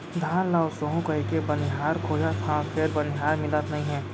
धान ल ओसाहू कहिके बनिहार खोजत हँव फेर बनिहार मिलत नइ हे